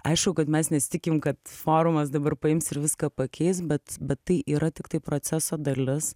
aišku kad mes nesitikim kad forumas dabar paims ir viską pakeis bet bet tai yra tiktai proceso dalis